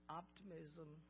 optimism